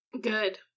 Good